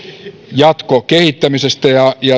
jatkokehittämisestä ja